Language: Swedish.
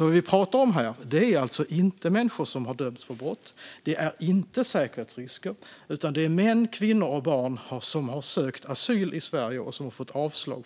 Vad vi pratar om här är alltså inte människor som har dömts för brott. Det är inte säkerhetsrisker. Det är män, kvinnor och barn som har sökt asyl i Sverige och som har fått avslag.